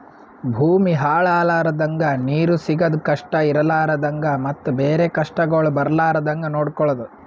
ಭೂಮಿ ಹಾಳ ಆಲರ್ದಂಗ, ನೀರು ಸಿಗದ್ ಕಷ್ಟ ಇರಲಾರದಂಗ ಮತ್ತ ಬೇರೆ ಕಷ್ಟಗೊಳ್ ಬರ್ಲಾರ್ದಂಗ್ ನೊಡ್ಕೊಳದ್